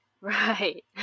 Right